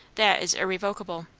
that is irrevocable.